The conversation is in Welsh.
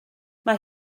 mae